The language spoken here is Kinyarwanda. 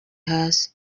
hasi